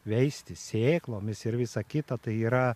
veisti sėklomis ir visa kita tai yra